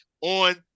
on